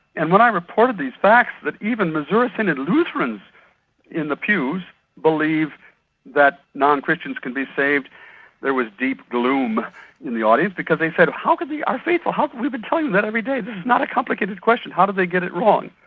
and when i reported these facts that even missouri synod lutherans in the pews believe that non-christians can be saved there was deep gloom in the audience, because they said, how could the. our faithful. we've been telling them that every day, this is not a complicated question, how did they get it wrong?